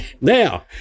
Now